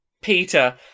Peter